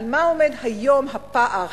על מה עומד היום הפער?